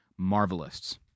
Marvelists